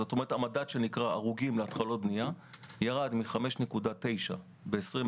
כלומר המדד שנקרא "הרוגים להתחלות בנייה" ירד מ-5.9 בשנת